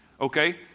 Okay